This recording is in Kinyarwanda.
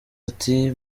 ati